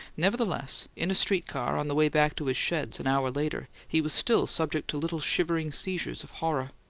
nevertheless, in a street car, on the way back to his sheds, an hour later, he was still subject to little shivering seizures of horror.